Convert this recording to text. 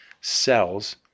cells